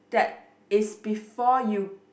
that is before you